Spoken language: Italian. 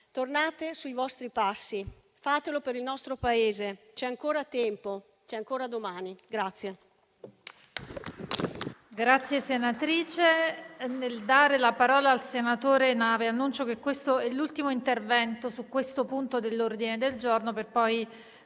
Tornate sui vostri passi, fatelo per il nostro Paese, c'è ancora tempo, c'è ancora domani.